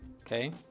okay